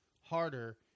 harder